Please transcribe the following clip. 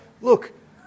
look